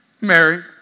Mary